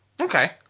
Okay